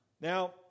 Now